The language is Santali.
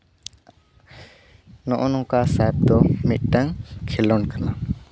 ᱱᱚᱜᱼᱚᱸᱭ ᱱᱚᱝᱠᱟ ᱥᱟᱨᱠ ᱫᱚ ᱢᱤᱫᱴᱟᱹᱝ ᱠᱷᱮᱞᱳᱰ ᱠᱟᱱᱟ